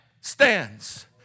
stands